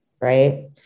right